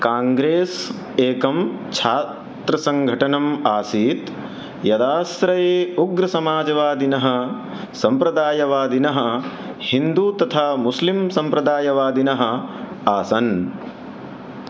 काङ्ग्रेस् एकं छात्रसङ्घटनम् आसीत् यदाश्रये उग्रसमाजवादिनः सम्प्रदायवादिनः हिन्दू तथा मुस्लिम् सम्प्रदायवादिनः आसन्